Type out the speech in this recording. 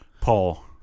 Paul